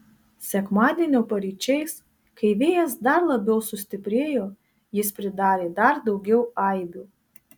sekmadienio paryčiais kai vėjas dar labiau sustiprėjo jis pridarė dar daugiau aibių